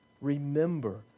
remember